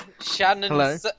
Shannon